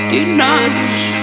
Denies